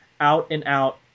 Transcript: out-and-out